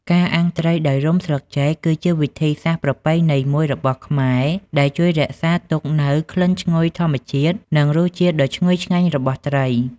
ការអាំងត្រីដោយរុំស្លឹកចេកគឺជាវិធីសាស្ត្រប្រពៃណីមួយរបស់ខ្មែរ ដែលជួយរក្សាទុកនូវក្លិនឈ្ងុយធម្មជាតិ និងរសជាតិដ៏ឈ្ងុយឆ្ងាញ់របស់ត្រី។